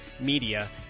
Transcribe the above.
media